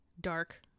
dark